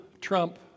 Trump